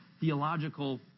theological